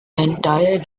entire